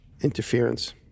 interference